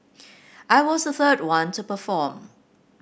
I was a third one to perform